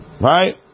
Right